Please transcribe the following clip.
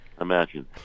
Imagine